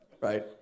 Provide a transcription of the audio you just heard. right